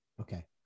Okay